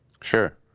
Sure